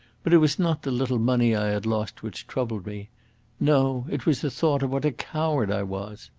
but it was not the little money i had lost which troubled me no, it was the thought of what a coward i was.